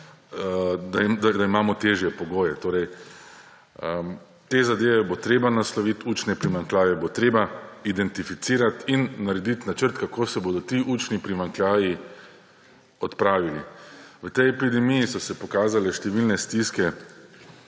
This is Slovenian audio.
da imamo težje pogoje. Te zadeve bo treba naslovit, učne primanjkljaje bo treba identificirat in naredit načrt, kako se bodo ti učni primanjkljaji odpravili. V tej epidemiji so se pokazale številne stiske